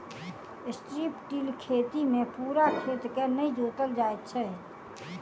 strip till खेती मे पूरा खेत के नै जोतल जाइत छै